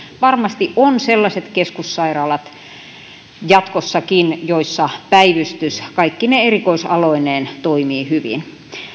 varmasti on jatkossakin sellaiset keskussairaalat joissa päivystys kaikkine erikoisaloineen toimii hyvin